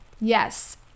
yes